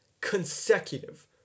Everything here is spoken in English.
consecutive